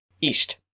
east